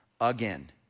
again